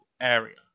area